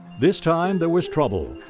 this time there was trouble.